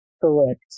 Correct